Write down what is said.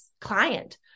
client